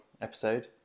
episode